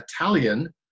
Italian